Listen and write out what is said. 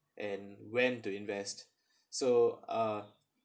and when to invest so uh